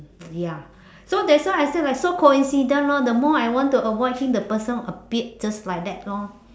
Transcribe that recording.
ya so that's why I say like so coincidence lor the more I want to avoid him the person appeared just like that lor